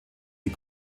die